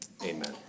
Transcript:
Amen